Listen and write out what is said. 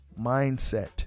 Mindset